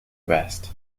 rest